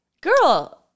girl